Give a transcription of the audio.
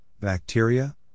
bacteria